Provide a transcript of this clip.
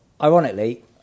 ironically